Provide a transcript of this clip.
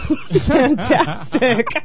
fantastic